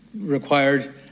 required